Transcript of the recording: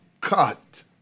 cut